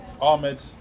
Ahmed